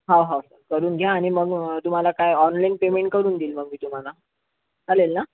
हो हो सर करून घ्या आणि मग तुम्हाला काय ऑनलाईन पेमेंट करून देईल मग मी तुम्हाला चालेल ना